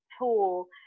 tool